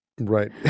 Right